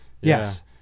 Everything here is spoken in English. yes